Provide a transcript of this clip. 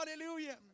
Hallelujah